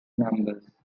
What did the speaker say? numbers